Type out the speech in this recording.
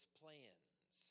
plans